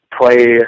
play